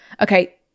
okay